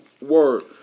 word